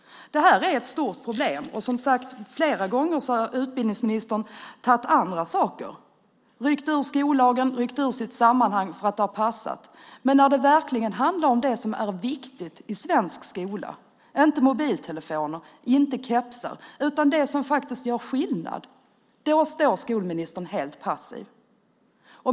Det här är ett stort problem. Utbildningsministern har flera gångar tagit upp andra saker och ryckt ut dem ur skollagen och ur sitt sammanhang för att det har passat. Nu handlar det inte om mobiltelefoner eller kepsar utan om det som är viktigt i svensk skola och som gör skillnad. Då står utbildningsministern helt passiv.